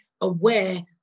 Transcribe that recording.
aware